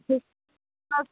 ꯎꯝ ꯑꯥ